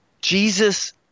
Jesus